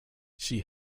she